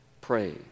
pray